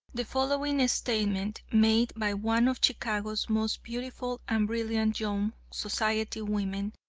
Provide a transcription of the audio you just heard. the following statement, made by one of chicago's most beautiful and brilliant young society women,